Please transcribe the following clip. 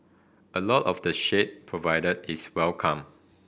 a lot of the shade provided is welcome